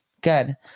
Good